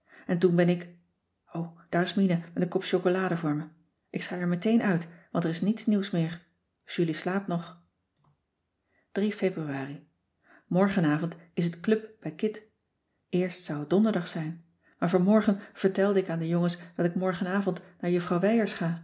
en toen ben ik o daar is mina met een kop chocolade voor me ik schei er meteen uit want er is niets nieuws meer julie slaapt nog ebruari orgenavond is het club bij kit eerst zou het cissy van marxveldt de h b s tijd van joop ter heul donderdag zijn maar vanmorgen vertelde ik aan de jongens dat ik morgenavond naar juffrouw